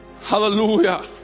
Hallelujah